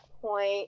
point